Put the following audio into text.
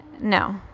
No